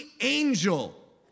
angel